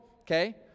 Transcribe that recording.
Okay